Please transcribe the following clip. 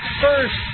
First